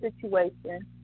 situation